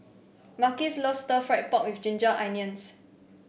Marquis loves Stir Fried Pork with Ginger Onions